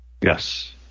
Yes